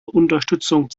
unterstützung